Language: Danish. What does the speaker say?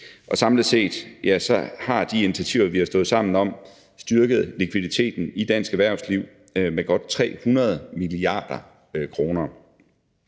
Samlet set har de initiativer, vi har stået sammen om, styrket likviditeten i dansk erhvervsliv med godt 300 mia. kr.